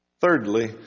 Thirdly